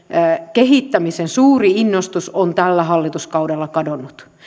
kehittämisen suuri innostus on tällä hallituskaudella kadonnut